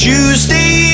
Tuesday